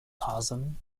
tarzan